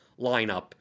lineup